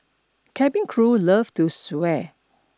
cabin crew love to swear